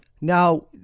Now